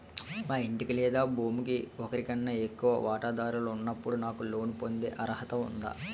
మా ఇంటికి లేదా భూమికి ఒకరికన్నా ఎక్కువ వాటాదారులు ఉన్నప్పుడు నాకు లోన్ పొందే అర్హత ఉందా?